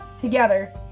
Together